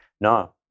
no